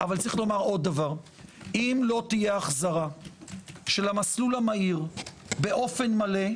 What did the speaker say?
אבל יש לומר דבר נוסף אם לא תהיה החזרה של המסלול המהיר באופן מלא,